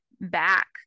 back